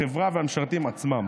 החברה והמשרתים עצמם.